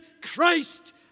Christ